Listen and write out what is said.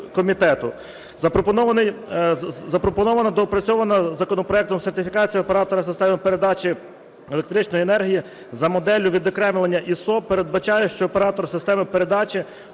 Запропонована доопрацьована законопроектом сертифікація оператора системи передачі електричної енергії за моделлю відокремлення ІSO передбачає, що оператор системи передачі